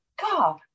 god